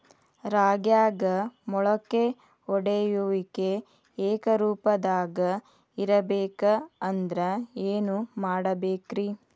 ರಾಗ್ಯಾಗ ಮೊಳಕೆ ಒಡೆಯುವಿಕೆ ಏಕರೂಪದಾಗ ಇರಬೇಕ ಅಂದ್ರ ಏನು ಮಾಡಬೇಕ್ರಿ?